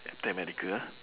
captain america ah